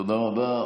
תודה רבה.